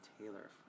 Taylor